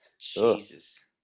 Jesus